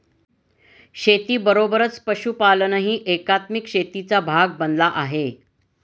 शेतीबरोबरच पशुपालनही एकात्मिक शेतीचा भाग बनला आहे